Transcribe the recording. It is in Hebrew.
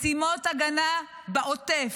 משימות הגנה בעוטף,